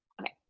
okay